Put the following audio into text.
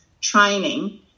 training